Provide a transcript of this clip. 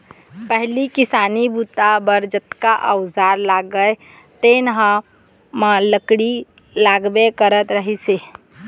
पहिली किसानी बूता बर जतका अउजार लागय तेन म लकड़ी लागबे करत रहिस हे